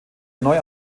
neu